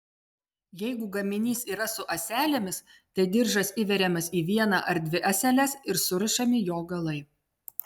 jeigu gaminys yra su ąselėmis tai diržas įveriamas į vieną ar dvi ąseles ir surišami jo galai